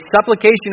supplication